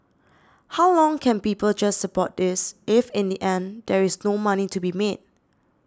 how long can people just support this if in the end there is no money to be made